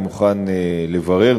אני מוכן לברר.